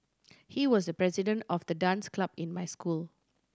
he was the president of the dance club in my school